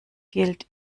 gilt